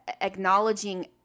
acknowledging